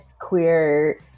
queer